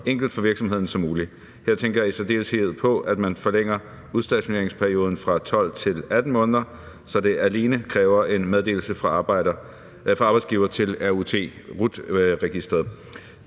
enkelt for virksomhederne som muligt. Her tænker jeg i særdeleshed på, at man forlænger udstationeringsperioden fra 12 til 18 måneder, så det alene kræver en meddelelse fra arbejdsgiver til RUT-registeret.